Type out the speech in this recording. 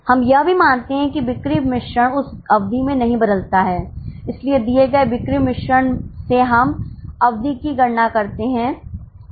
हम यह भी मानते हैं कि बिक्री मिश्रण उस अवधि में नहीं बदलता है इसलिए दिए गए बिक्री मिश्रण से हम अवधि की गणना करते हैं